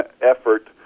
effort